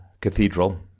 Cathedral